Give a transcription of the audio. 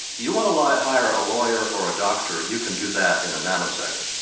you want to like hire a lawyer or a doctor you can do that in a nanosecond.